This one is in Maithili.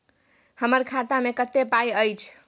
हमरा खाता में कत्ते पाई अएछ?